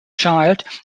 child